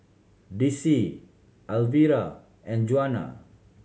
Dicie Alvira and Junia